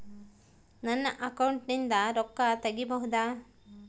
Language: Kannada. ನನ್ನ ಅಕೌಂಟಿಂದ ರೊಕ್ಕ ತಗಿಬಹುದಾ?